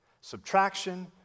subtraction